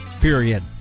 Period